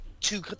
two